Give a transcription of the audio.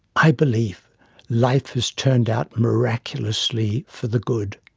i believe life has turned out miraculously for the good.